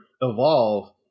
evolve